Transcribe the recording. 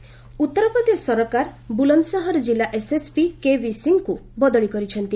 ବୁଲନ୍ଦସହର ଉତ୍ତରପ୍ରଦେଶ ସରକାର ବୁଲନ୍ଦସହର ଜିଲ୍ଲା SSP KB ସିଂଙ୍କୁ ବଦଳି କରିଛନ୍ତି